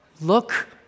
Look